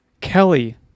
Kelly